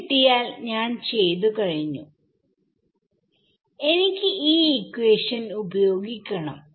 അത് കിട്ടിയാൽ ഞാൻ ചെയ്തു കഴിഞ്ഞു എനിക്ക് ഈ ഇക്വേഷൻ ഉപയോഗിക്കണം